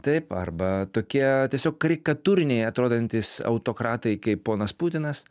taip arba tokie tiesiog karikatūriniai atrodantys autokratai kaip ponas putinas